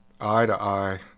eye-to-eye